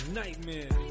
nightmare